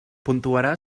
puntuarà